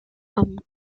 abends